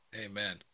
amen